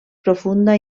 profunda